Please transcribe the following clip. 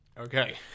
Okay